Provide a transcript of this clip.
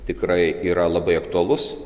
tikrai yra labai aktualus